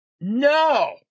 No